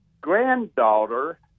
granddaughter